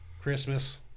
Christmas